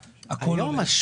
לכאורה,